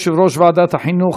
יושב-ראש ועדת החינוך,